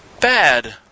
Bad